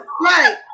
right